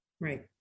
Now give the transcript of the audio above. Right